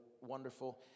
wonderful